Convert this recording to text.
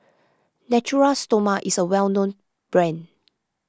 Natura Stoma is a well known brand